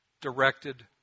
directed